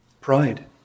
pride